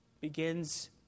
begins